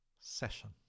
session